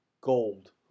gold